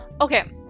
okay